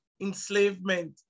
enslavement